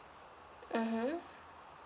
mmhmm